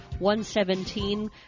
117